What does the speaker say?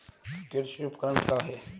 कृषि उपकरण क्या है?